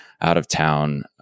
out-of-town